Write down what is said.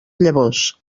llavors